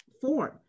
form